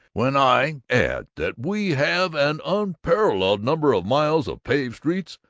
when i add that we have an unparalleled number of miles of paved streets,